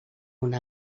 una